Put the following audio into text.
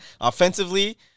offensively